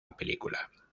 película